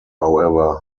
however